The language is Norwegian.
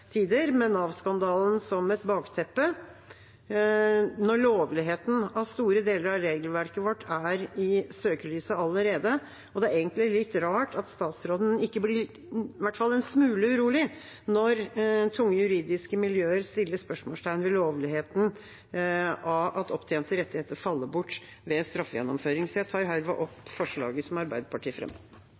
tider, med Nav-skandalen som et bakteppe, når lovligheten av store deler av regelverket vårt er i søkelyset allerede. Det er egentlig litt rart at statsråden ikke blir i hvert fall en smule urolig når tunge juridiske miljøer setter spørsmålstegn ved lovligheten av at opptjente rettigheter faller bort ved straffegjennomføring. Jeg tar herved opp forslaget Arbeiderpartiet fremmer